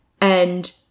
And-